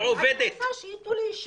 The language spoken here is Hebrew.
אני רוצה שייתנו לי אישור.